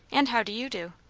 and how do you do?